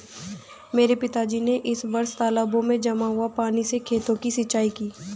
मेरे पिताजी ने इस वर्ष तालाबों में जमा हुए पानी से खेतों की सिंचाई की